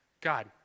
God